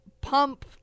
pump